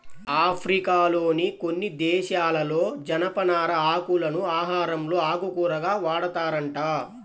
ఆఫ్రికాలోని కొన్ని దేశాలలో జనపనార ఆకులను ఆహారంలో ఆకుకూరగా వాడతారంట